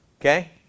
Okay